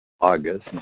August